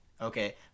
Okay